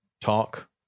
talk